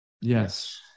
Yes